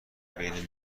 بین